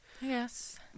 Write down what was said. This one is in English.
yes